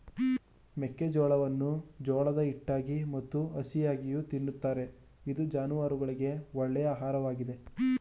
ಮೆಕ್ಕೆಜೋಳವನ್ನು ಜೋಳದ ಹಿಟ್ಟಾಗಿ ಮತ್ತು ಹಸಿಯಾಗಿಯೂ ತಿನ್ನುತ್ತಾರೆ ಇದು ಜಾನುವಾರುಗಳಿಗೆ ಒಳ್ಳೆಯ ಆಹಾರವಾಗಿದೆ